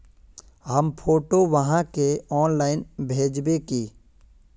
हम फोटो आहाँ के ऑनलाइन भेजबे की?